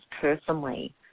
personally